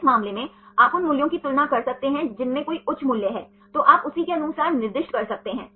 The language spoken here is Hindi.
इस मामले में आप उन मूल्यों की तुलना कर सकते हैं जिनमें कोई उच्च मूल्य है तो आप उसी के अनुसार निर्दिष्ट कर सकते हैं